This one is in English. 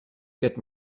get